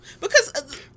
because-